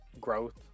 growth